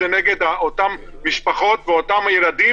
מדובר במפגשים מאוד מצומצמים.